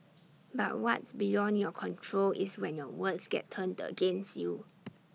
but what's beyond your control is when your words get turned the against you